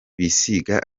bisiga